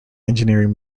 engineering